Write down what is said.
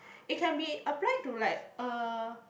it can be applied to like uh